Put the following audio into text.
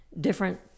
different